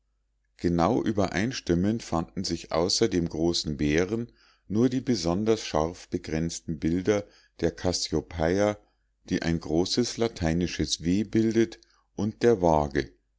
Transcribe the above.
genau übereinstimmend erfanden sich außer dem großen bären nur die besonders scharf begrenzten bilder der kassiopeia die ein großes lateinisches w bildet und der wage